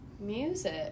Music